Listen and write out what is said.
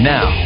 Now